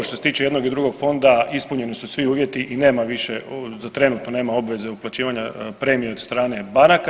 Što se tiče jednog i drugog fonda ispunjeni su svi uvjeti i nema više, za trenutno nema obveze uplaćivanje premije od strane banaka.